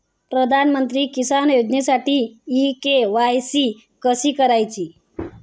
प्रधानमंत्री किसान योजनेसाठी इ के.वाय.सी कशी करायची?